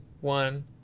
one